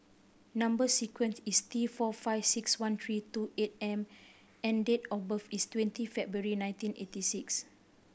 number sequence is T four five six one three two eight M and date of birth is twenty February nineteen eighty six